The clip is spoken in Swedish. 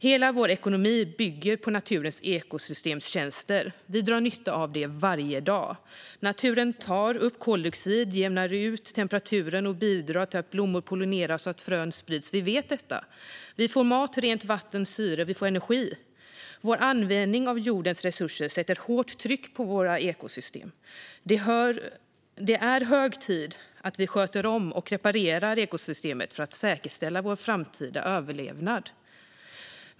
Hela vår ekonomi bygger på naturens ekosystemtjänster. Vi drar nytta av dem varje dag. Naturen tar upp koldioxid, jämnar ut temperaturen och bidrar till att blommor pollineras och att frön sprids. Detta vet vi. Vi får mat, rent vatten, syre och energi. Vår användning av jordens resurser sätter hårt tryck på våra ekosystem. Det är hög tid att vi sköter om och reparerar ekosystemen för att säkerställa vår framtida överlevnad.